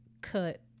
cut